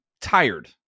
tired